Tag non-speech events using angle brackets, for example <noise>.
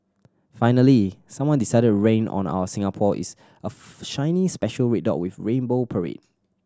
finally someone decided rain on our Singapore is a <unintelligible> shiny special red dot with rainbow parade